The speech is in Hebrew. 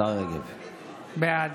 בעד